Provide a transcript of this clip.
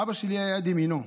אבא שלי היה יד ימינו.